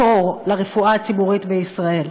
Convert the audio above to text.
בתור לרפואה הציבורית בישראל.